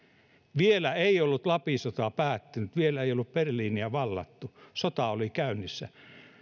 vielä ei ollut lapin sota päättynyt vielä ei ollut berliiniä vallattu sota oli käynnissä